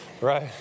Right